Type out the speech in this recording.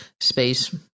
space